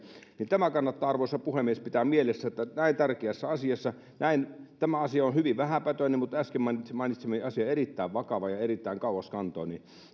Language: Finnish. niin tämä kannattaa arvoisa puhemies pitää mielessä näin tärkeässä asiassa tämä asia on hyvin vähäpätöinen mutta äsken mainitsemani asia on erittäin vakava ja erittäin kauaskantoinen